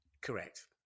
Correct